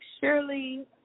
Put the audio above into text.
surely